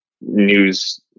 news